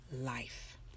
life